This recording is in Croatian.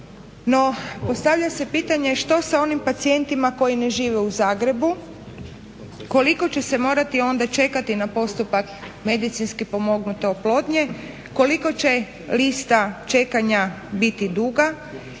No, postavlja se pitanje što sa onim pacijentima koji ne žive u Zagrebu, koliko će se morati onda čekati na postupak medicinski pomognute oplodnje. Koliko će lista čekanja biti duga